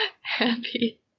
happy